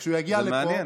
זה מעניין.